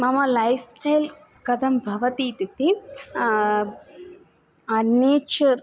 मम लैफ़्स्टैल् कथं भवति इत्युक्ते नेचर्